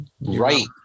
Right